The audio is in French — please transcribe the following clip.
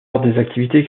activités